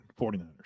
49ers